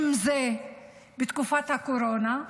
אם זה בתקופת הקורונה,